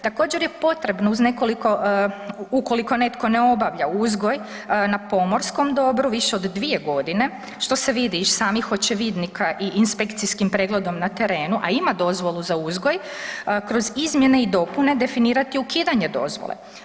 Također je potrebno uz nekoliko, ukoliko netko ne obavlja uzgoj na pomorskom dobru više od 2.g., što se vidi iz samih očevidnika i inspekcijskim pregledom na terenu, a ima dozvolu za uzgoj, kroz izmjene i dopune definirati ukidanje dozvole.